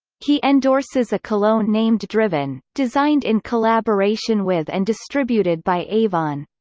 he endorses a cologne named driven, designed in collaboration with and distributed by avon.